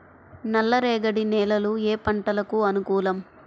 నల్లరేగడి నేలలు ఏ పంటలకు అనుకూలం?